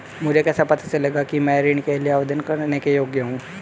मुझे कैसे पता चलेगा कि मैं ऋण के लिए आवेदन करने के योग्य हूँ?